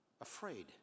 afraid